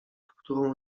którą